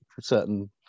certain